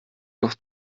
noch